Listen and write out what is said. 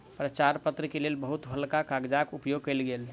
प्रचार पत्र के लेल बहुत हल्का कागजक उपयोग कयल गेल